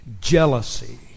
jealousy